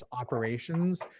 operations